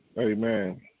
Amen